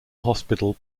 hospital